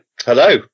Hello